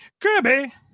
Kirby